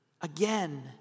again